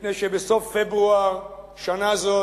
מפני שבסוף פברואר שנה זו